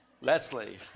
Leslie